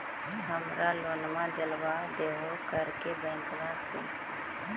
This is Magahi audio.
हमरा लोनवा देलवा देहो करने बैंकवा से?